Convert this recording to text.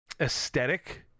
aesthetic